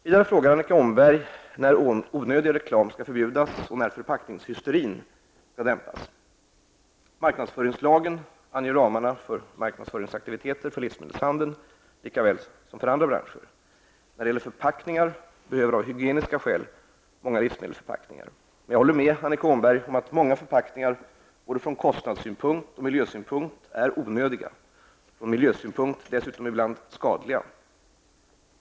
Vidare frågar Annika Åhnberg när onödig reklam skall förbjudas och när förpackningshysterin skall dämpas. Marknadsföringslagen anger ramarna för marknadsföringsaktiviteterna för livsmedelshandeln liksom för andra branscher. Av hygieniska skäl behöver många livsmedel förpackningar. Jag håller med Annika Åhnberg om att många förpackningar både från kostnads och miljösynpunkt är onödiga, från miljösynpunkt dessutom ibland skadliga.